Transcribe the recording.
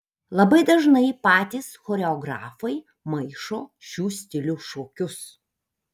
labai dažnai patys choreografai maišo šių stilių šokius